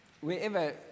wherever